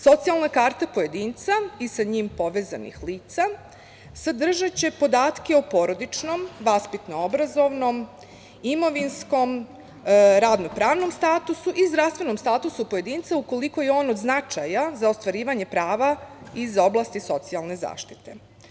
Socijalna karta pojedinca i sa njim povezanih lica sadržaće podatke o porodičnom, vaspitno-obrazovnom, imovinskom, radnopravnom statusu i zdravstvenom statusu pojedinca, ukoliko je on od značaja za ostvarivanje prava iz oblasti socijalne zaštite.